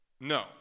no